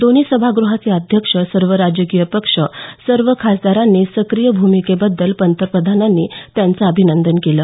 दोन्ही सभागृहांचे अध्यक्ष सर्व राजकीय पक्ष सर्व खासदारांच्या सक्रिय भूमिकेबद्दल पंतप्रधानांनी त्यांचं अभिनंदन केलं